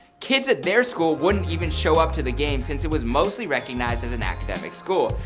kids at their school wouldn't even show up to the games since it was mostly recognized as an academic school.